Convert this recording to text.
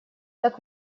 так